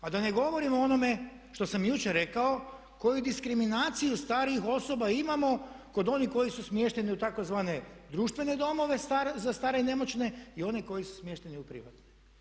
A da ne govorim o onome što sam jučer rekao, koju diskriminaciju starijih osoba imamo kod onih koji su smješteni u tzv. društvene domove za stare i nemoćne i oni koji su smješteni u privatne.